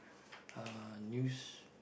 uh news